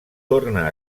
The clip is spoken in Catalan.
torna